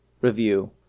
review